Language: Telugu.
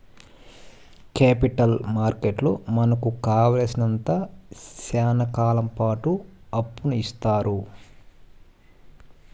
కేపిటల్ మార్కెట్లో మనకు కావాలసినంత శ్యానా కాలంపాటు అప్పును ఇత్తారు